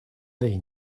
they